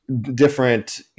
different